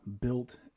built